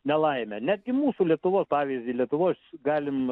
nelaime netgi mūsų lietuvo pavyzdį lietuvos galim